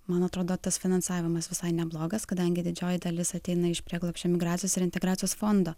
man atrodo tas finansavimas visai neblogas kadangi didžioji dalis ateina iš prieglobsčio migracijos ir integracijos fondo